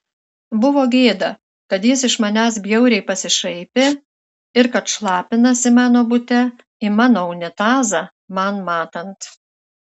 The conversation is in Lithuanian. buvo gėda kad jis iš manęs bjauriai pasišaipė ir kad šlapinasi mano bute į mano unitazą man matant